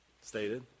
stated